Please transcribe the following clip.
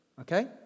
okay